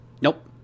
Nope